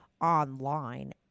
online